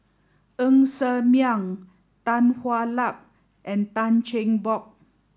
Ng Ser Miang Tan Hwa Luck and Tan Cheng Bock